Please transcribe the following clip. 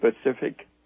specific